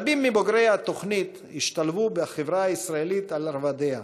רבים מבוגרי התוכנית השתלבו בחברה הישראלית על רבדיה.